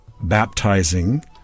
baptizing